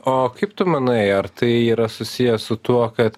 o kaip tu manai ar tai yra susiję su tuo kad